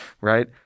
right